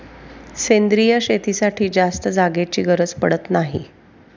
सेंद्रिय शेतीसाठी जास्त जागेची गरज पडत नाही